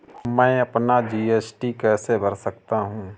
मैं अपना जी.एस.टी कैसे भर सकता हूँ?